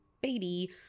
baby